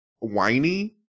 whiny